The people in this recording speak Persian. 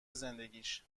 زندگیش